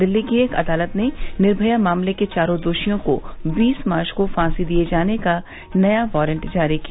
दिल्ली की एक अदालत ने निर्भया मामले के चारो दोषियों को बीस मार्च को फांसी दिए जाने का नया वारंट जारी किया